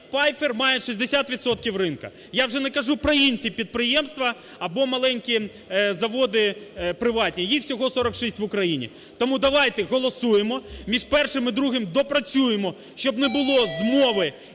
має 60 відсотків ринку. Я вже не кажу про інші підприємства або маленькі заводи приватні, їх всього 46 в Україні. Тому давайте, голосуємо, між першим і другим допрацюємо, щоб не було змови,